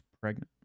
pregnant